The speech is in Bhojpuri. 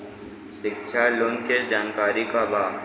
शिक्षा लोन के जानकारी का बा?